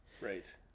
right